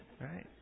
Right